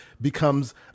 becomes